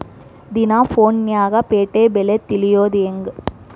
ದಿನಾ ಫೋನ್ಯಾಗ್ ಪೇಟೆ ಬೆಲೆ ತಿಳಿಯೋದ್ ಹೆಂಗ್?